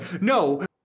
No